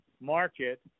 market